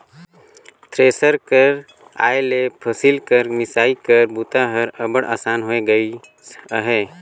thresher कर आए ले फसिल कर मिसई कर बूता हर अब्बड़ असान होए गइस अहे